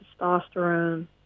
testosterone